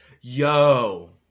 Yo